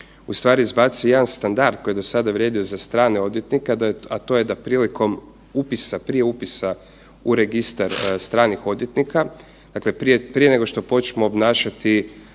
ustvari izbacuje jedan standard koji je do sada vrijedio za strane odvjetnike, a to je da prilikom prije upisa u registar stranih odvjetnika, dakle prije nego što počnu obnašati